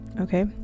okay